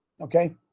Okay